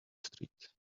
street